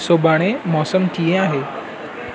सुभाणे मौसम कीअं आहे